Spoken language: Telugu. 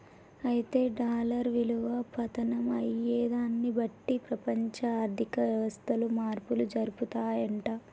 అయితే డాలర్ విలువ పతనం అయ్యేదాన్ని బట్టి ప్రపంచ ఆర్థిక వ్యవస్థలు మార్పులు జరుపుతాయంట